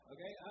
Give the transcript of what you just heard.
Okay